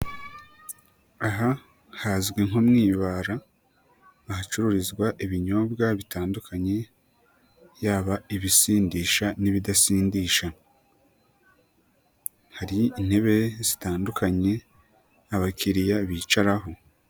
Aha hazwi nko mu ibara ahacururizwa ibinyobwa bitandukanye yaba ibisindisha n'ibidasindisha, hari intebe zitandukanye abakiriya bicaraho.